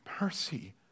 mercy